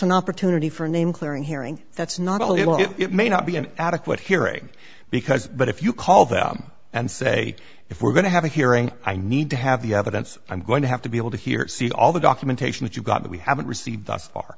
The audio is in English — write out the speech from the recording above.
an opportunity for a name clearing hearing that's not all you know it may not be an adequate hearing because but if you call them and say if we're going to have a hearing i need to have the evidence i'm going to have to be able to hear or see all the documentation that you got that we haven't received